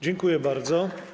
Dziękuję bardzo.